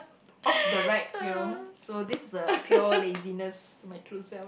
off the rack you know so this is a pure laziness my true self